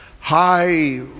high